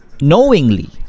knowingly